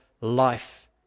life